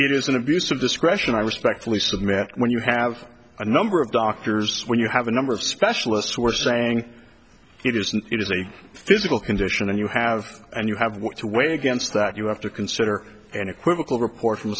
it is an abuse of discretion i respectfully submit when you have a number of doctors when you have a number of specialists who are saying it is and it is a physical condition and you have and you have what to weigh against that you have to consider an equivocal report from